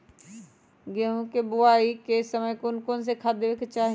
गेंहू के बोआई के समय कौन कौन से खाद देवे के चाही?